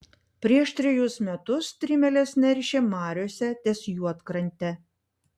prieš trejus metus strimelės neršė mariose ties juodkrante